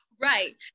right